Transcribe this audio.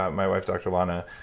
ah my wife, dr. lana.